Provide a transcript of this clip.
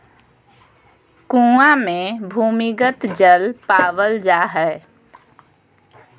कुआँ मे भूमिगत जल पावल जा हय